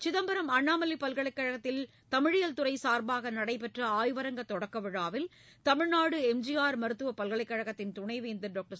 சிதம்பரம் அண்ணாமலைப் பல்கலைக்கழகத்தில் தமிழியல் துறை சார்பாக நடைபெற்ற ஆய்வரங்க தொடக்க விழாவில் தமிழ்நாடு எம்ஜிஆர் மருத்துவ பல்கலைக்கழகத்தின் துணைவேந்தர் டாக்டர்